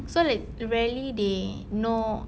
so like rarely they know